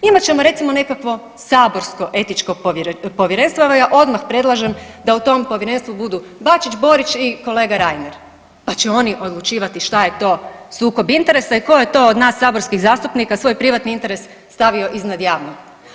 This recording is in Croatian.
Imat ćemo recimo nekakvo saborsko etičko povjerenstvo, evo ja odmah predlažem da u tom povjerenstvu budu Bačić, Borić i kolega Reiner, pa će oni odlučivati šta je sukob interesa i tko je to od nas saborskih zastupnika svoj privatni interes stavio iznad javnog.